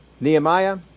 Nehemiah